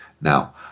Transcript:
Now